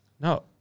No